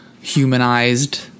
humanized